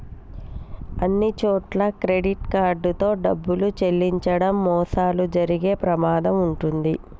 అన్నిచోట్లా credit card తో డబ్బులు చెల్లించడం మోసాలు జరిగే ప్రమాదం వుంటది